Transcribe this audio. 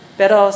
pero